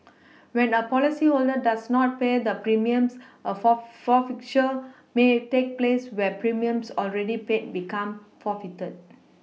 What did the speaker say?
when a policyholder does not pay the premiums a for forfeiture may take place where premiums already paid become forfeited